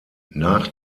nach